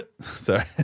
Sorry